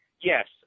Yes